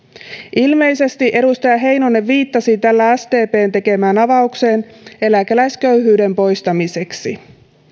ilmeisesti edustaja heinonen viittasi tällä sdpn tekemään avaukseen eläkeläisköyhyyden poistamiseksi